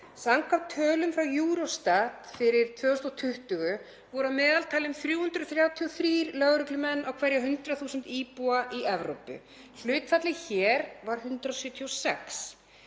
Samkvæmt tölum frá Eurostat fyrir 2020 voru að meðaltali 333 lögreglumenn á hverja 100.000 íbúa í Evrópu. Hlutfallið hér var 176.